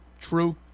True